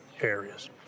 areas